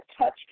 touch